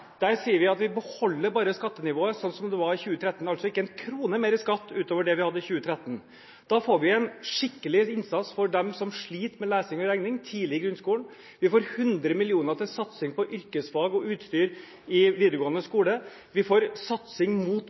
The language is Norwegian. Der sier vi at vi beholder skattenivået slik det var i 2013 – altså ikke én krone mer i skatt utover det vi hadde i 2013. Da får vi en skikkelig innsats for dem som sliter med lesing og regning tidlig i grunnskolen, vi får 100 mill. kr til satsing på yrkesfag og utstyr i videregående skole, vi får satsing mot